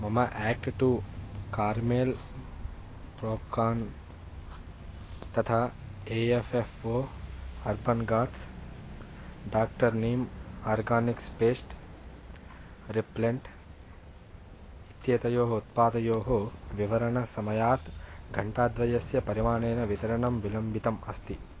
मम act to caramel प्रोक्कान् तथा ए एफ़् एफ़् ओ अर्पन् गाट्स् doctor neem organics pest repellent इत्येतयोः उत्पादयोः वितरणसमयात् घण्टाद्वयस्य परिमाणेन वितरणं विलम्बितम् अस्ति